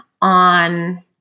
on